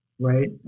right